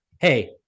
Hey